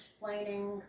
explaining